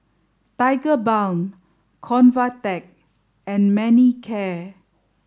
Tigerbalm Convatec and Manicare